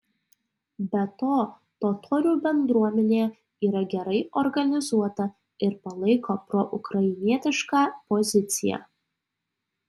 be to totorių bendruomenė yra gerai organizuota ir palaiko proukrainietišką poziciją